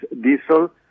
diesel